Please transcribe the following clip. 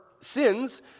sins